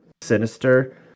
Sinister